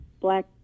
Black